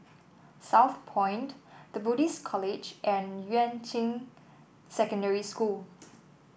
Southpoint The Buddhist College and Yuan Ching Secondary School